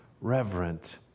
reverent